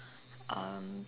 um